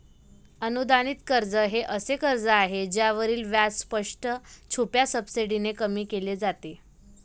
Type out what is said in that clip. अनुदानित कर्ज हे असे कर्ज आहे ज्यावरील व्याज स्पष्ट, छुप्या सबसिडीने कमी केले जाते